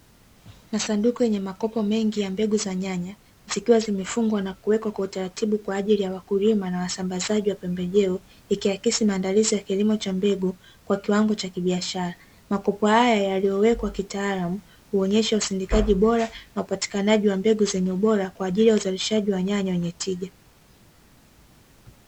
Masanduku yenye makopo mengi ya mbegu za nyanaya, zikiwa zimefungwa na kuwekwa kwa utaratibu kwa ajili ya wakulima na wasambazaji wa pembejeo, ikiakisi maandalizi ya kilimo cha mbegu kwa kiwango cha kibiashara. Makopo haya yaliyowekwa kitaalamu huonyesha usindikaji bora na upataikanaji wa mbegu zenye ubora, kwa ajili ya uzalishaji wa nyanya wenye tija.